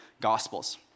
Gospels